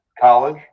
college